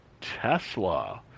Tesla